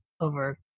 over